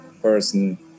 person